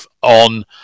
On